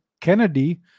Kennedy